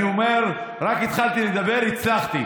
אני אומר, רק התחלתי לדבר, הצלחתי.